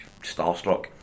starstruck